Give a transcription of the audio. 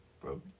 bro